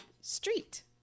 Street